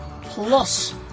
plus